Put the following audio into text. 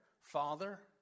Father